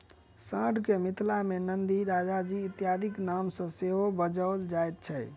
साँढ़ के मिथिला मे नंदी, राजाजी इत्यादिक नाम सॅ सेहो बजाओल जाइत छै